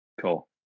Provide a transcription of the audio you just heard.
cool